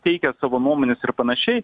teikia savo nuomones ir panašiai